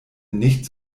nicht